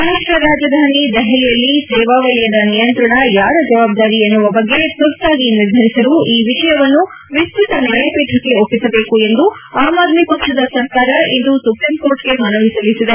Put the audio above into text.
ರಾಷ್ಷ ರಾಜಧಾನಿ ದೆಹಲಿಯಲ್ಲಿ ಸೇವಾ ವಲಯದ ನಿಯಂತ್ರಣ ಯಾರ ಜವಾಬ್ಗಾರಿ ಎನ್ನುವ ಬಗ್ಗೆ ತುರ್ತಾಗಿ ನಿರ್ಧರಿಸಲು ಈ ವಿಷಯವನ್ನು ವಿಸ್ಸಿತ್ತ ನ್ನಾಯಪೀಠಕ್ಕೆ ಒಪ್ಪಿಸಬೇಕು ಎಂದು ಆಮ್ ಆದ್ಗಿ ಪಕ್ಷದ ಸರ್ಕಾರ ಇಂದು ಸುಪ್ರೀಂ ಕೋರ್ಟ್ಗೆ ಮನವಿ ಸಲ್ಲಿಸಿದೆ